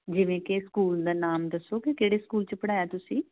ਜਿਵੇਂ ਕਿ ਸਕੂਲ ਦਾ ਨਾਮ ਦੱਸੋਗੇ ਕਿ ਕਿਹੜੇ ਸਕੂਲ 'ਚ ਪੜ੍ਹਾਇਆ ਤੁਸੀਂ